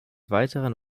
weiteren